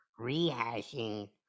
rehashing